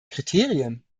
kriterien